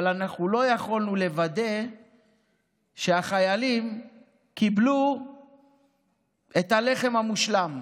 אבל לא יכולנו לוודא שהחיילים קיבלו את הלחם המושלם,